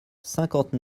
cinquante